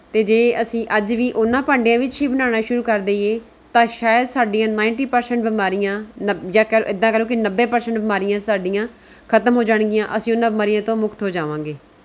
ਅਤੇ ਜੇ ਅਸੀਂ ਅੱਜ ਵੀ ਉਨ੍ਹਾਂ ਭਾਂਡਿਆ ਵਿੱਚ ਹੀ ਬਣਾਉਣਾ ਸ਼ੁਰੂ ਕਰ ਦਈਏ ਤਾਂ ਸ਼ਾਇਦ ਸਾਡੀਆਂ ਨਾਇਨਟੀ ਪ੍ਰਸੈਂਟ ਬਿਮਾਰੀਆਂ ਨ ਜਾਂ ਕਹਿ ਇੱਦਾਂ ਕਹਿ ਲਉ ਕਿ ਨੱਬੇ ਪ੍ਰਸੈਂਟ ਬਿਮਾਰੀਆਂ ਸਾਡੀਆਂ ਖਤਮ ਹੋ ਜਾਣਗੀਆਂ ਅਸੀਂ ਉਹਨਾਂ ਬਿਮਾਰੀਆਂ ਤੋਂ ਮੁਕਤ ਹੋ ਜਾਵਾਂਗੇ